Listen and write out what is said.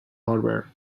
hardware